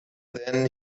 then